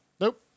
Nope